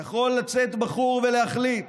יכול לצאת בחור ולהחליט